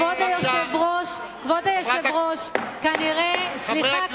כבוד היושב-ראש, כנראה, סליחה, קדימה.